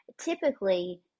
typically